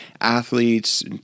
athletes